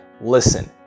listen